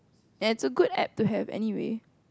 and it's a good App to have anyway